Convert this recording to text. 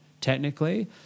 technically